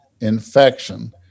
infection